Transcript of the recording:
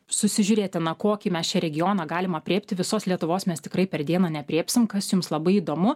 susižiūrėti na kokį mes čia regioną galim aprėpti visos lietuvos mes tikrai per dieną neaprėpsim kas jums labai įdomu